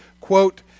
quote